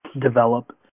develop